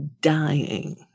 dying